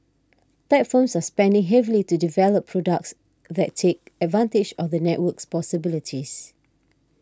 tech firms are spending heavily to develop products that take advantage of the network's possibilities